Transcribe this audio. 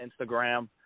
Instagram